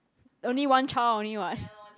only one child only [what]